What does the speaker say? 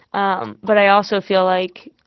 um but i also feel like,